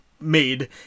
made